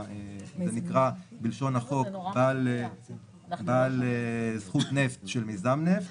זה נקרא בלשון החוק "בעל זכות נפט של מיזם נפט",